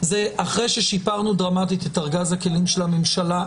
אחרי ששיפרנו דרמטית את ארגז הכלים של הממשלה,